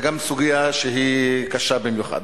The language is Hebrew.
גם זו סוגיה שהיא קשה במיוחד.